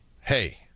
hey